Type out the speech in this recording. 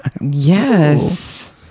Yes